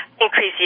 increase